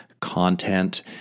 content